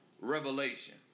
revelation